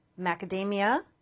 macadamia